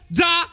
da